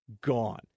Gone